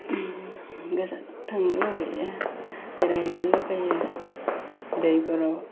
गोजानाव थांनो लुबैयो बेरायहैनो लुगैयो दैफोराव